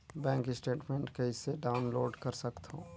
Bank statement कइसे download कर सकथव?